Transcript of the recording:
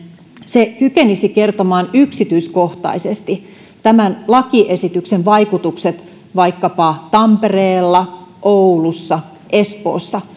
se kykenisi kertomaan yksityiskohtaisesti tämän lakiesityksen vaikutukset vaikkapa tampereella oulussa espoossa